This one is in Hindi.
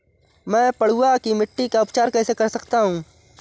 मैं पडुआ की मिट्टी का उपचार कैसे कर सकता हूँ?